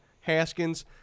Haskins